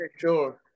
sure